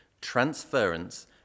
transference